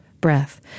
breath